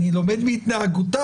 אני למד מהתנהגותם